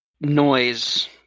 noise